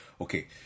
okay